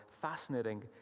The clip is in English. Fascinating